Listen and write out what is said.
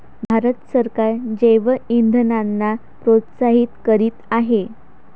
भारत सरकार जैवइंधनांना प्रोत्साहित करीत आहे